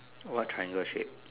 what triangle shade